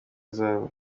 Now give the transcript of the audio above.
zahabu